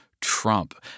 Trump